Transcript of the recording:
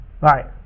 right